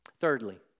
Thirdly